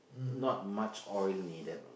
not much oil needed